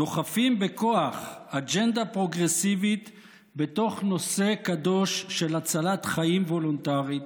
דוחפים בכוח אג'נדה פרוגרסיבית בתוך נושא קדוש של הצלת חיים וולונטרית,